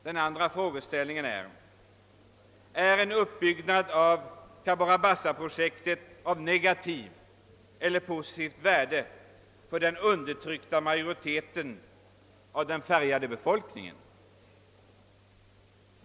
Den andra frågeställningen blir: Är en uppbyggnad av Cabora Bassa-projektet av negativt eller positivt värde för den undertryckta majoriteten av den färgade befolkningen?